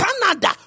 Canada